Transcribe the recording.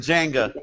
Jenga